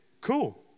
cool